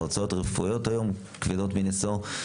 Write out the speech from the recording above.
ההוצאות הרפואיות היום הן כבדות מנשוא.